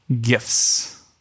gifts